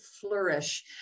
flourish